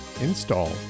install